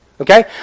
Okay